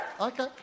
Okay